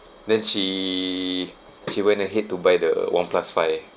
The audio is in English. then she she went ahead to buy the oneplus five